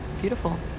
beautiful